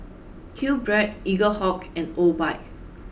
QBread Eaglehawk and Obike